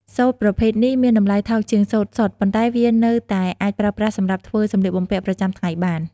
សូត្រប្រភេទនេះមានតម្លៃថោកជាងសូត្រសុទ្ធ ប៉ុន្តែវានៅតែអាចប្រើប្រាស់សម្រាប់ធ្វើសំលៀកបំពាក់ប្រចាំថ្ងៃបាន។